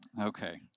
okay